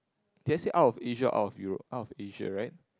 did I say out of Asia out of Europe out of Asia right